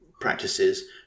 practices